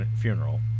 funeral